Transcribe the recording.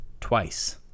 twice